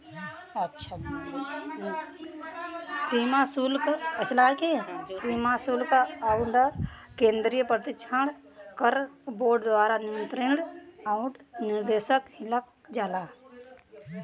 सीमा शुल्क आउर केंद्रीय प्रत्यक्ष कर बोर्ड द्वारा नियंत्रण आउर निर्देशन किहल जाला